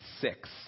six